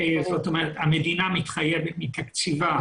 זאת אומרת, המדינה מתחייבת מתקציבה